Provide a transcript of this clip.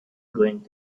going